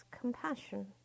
compassion